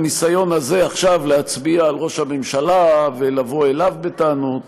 הניסיון הזה עכשיו להצביע על ראש הממשלה ולבוא אליו בטענות,